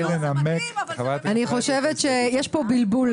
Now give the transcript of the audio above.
אני חושבת שיש פה בלבול.